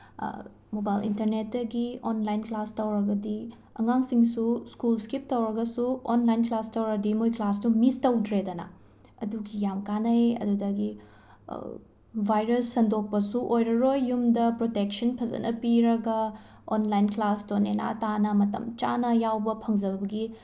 mobile ꯏꯟꯇꯔꯅꯦꯠꯇꯒꯤ online class ꯇꯧꯔꯒꯗꯤ ꯑꯉꯥꯡꯁꯤꯡꯁꯨ ꯁ꯭ꯀꯨꯜ ꯏꯁꯀꯤꯞ ꯇꯧꯔꯒꯁꯨ ꯑꯣꯟꯂꯥꯏꯟ ꯀ꯭ꯂꯥꯁ ꯇꯧꯔꯗꯤ ꯃꯣꯏ ꯀ꯭ꯂꯥꯁꯇꯣ ꯃꯤꯁ ꯇꯧꯗ꯭ꯔꯦꯗꯅ ꯑꯗꯨꯒꯤ ꯌꯥꯝ ꯀꯥꯟꯅꯩ ꯑꯗꯨꯗꯒꯤ ꯚꯥꯏꯔꯁ ꯁꯟꯗꯣꯛꯄꯁꯨ ꯑꯣꯏꯔꯔꯣꯏ ꯌꯨꯝꯗ ꯄ꯭ꯔꯣꯇꯦꯛꯁꯟ ꯐꯖꯅ ꯄꯤꯔꯒ ꯑꯣꯟꯂꯥꯏꯟ ꯀ꯭ꯂꯥꯁꯇꯣ ꯅꯦꯅꯥ ꯇꯥꯅ ꯃꯇꯝ ꯆꯥꯅ ꯌꯥꯎꯕ ꯐꯪꯖꯕꯒꯤ